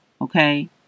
okay